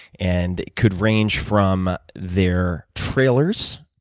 and it could range from their trailers,